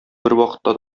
бервакытта